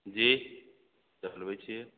जी चलबैत छियै